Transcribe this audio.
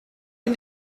cyn